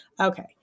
Okay